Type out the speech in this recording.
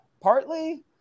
Partly